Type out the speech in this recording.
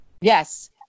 yes